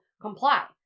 comply